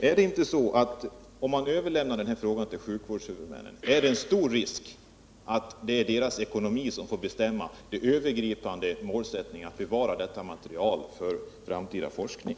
Är det inte så, att om vi överlämnar den här frågan till sjukvårdens huvudmän är det stor risk för att det blir deras ekonomi som får bestämma över de övergripande målsättningarna att bevara detta material för framtida forskning?